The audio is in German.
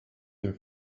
dem